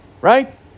Right